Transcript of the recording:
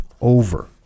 over